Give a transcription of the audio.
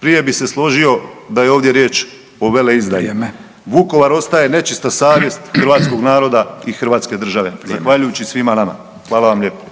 prije bi se složio da je ovdje riječ o veleizdaji …/Upadica: Vrijeme./… Vukovar ostaje nečista savjest hrvatskog naroda i hrvatske država …/Upadica: Vrijeme./… zahvaljujući svima nama. Hvala vam lijepo.